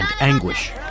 anguish